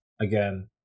again